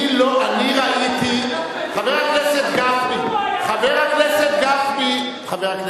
אני ראיתי, חבר הכנסת גפני, חבר הכנסת גפני.